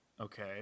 Okay